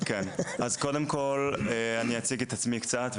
אז קודם כל אני אציג את עצמי קצת.